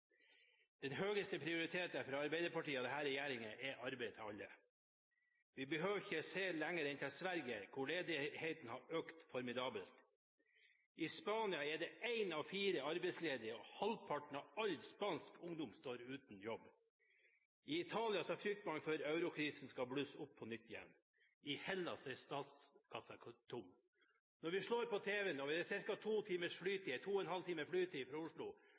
Den høyeste prioritet for Arbeiderpartiet og denne regjeringen er arbeid til alle. Vi behøver ikke se lenger enn til Sverige, hvor arbeidsledigheten har økt formidabelt. I Spania er én av fire arbeidsledige, og halvparten av all spansk ungdom står uten jobb. I Italia frykter man at eurokrisen skal blusse opp igjen. I Hellas er statskassen tom. Når vi slår på tv-en, ser vi gatekamper hvor folk slåss for rettighetene sine i land som ligger bare ca. to timers flytid unna Oslo.